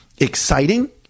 exciting